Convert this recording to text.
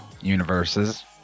universes